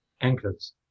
anchors